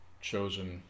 chosen